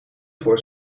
voor